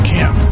Camp